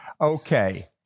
Okay